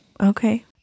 Okay